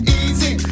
easy